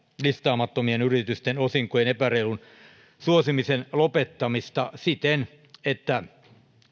listaamattomien yritysten osinkojen epäreilun suosimisen lopettamista siten että